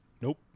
Nope